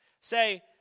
say